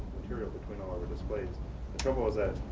material between all of this space. the trouble is that